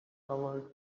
covered